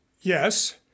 Yes